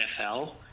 NFL